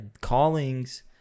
callings